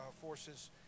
forces